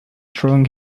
throwing